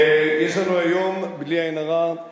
יש לנו היום, בלי עין הרע,